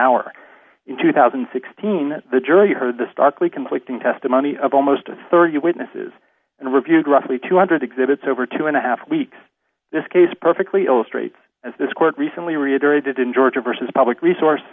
hour in two thousand and sixteen the jury heard the starkly conflicting testimony of almost thirty witnesses and reviewed roughly two hundred exhibits over two and a half weeks this case perfectly illustrates as this court recently reiterated in georgia versus public resource